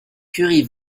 curie